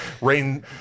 rain